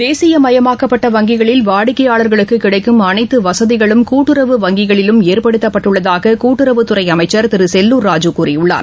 தேசியமயமாக்கசப்பட்ட வங்கிகளில் வாடிக்கையாளர்களுக்கு கிடைக்கும் அனைத்து வசதிகளும் கூட்டுறவு வங்கிகளிலும் ஏற்படுத்தப்பட்டுள்ளதாக கூட்டுறவுத்துறை அமைச்சர் திரு செல்லூர் ராஜூ கூறியுள்ளார்